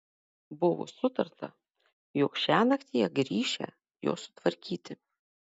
buvo sutarta jog šiąnakt jie grįšią jo sutvarkyti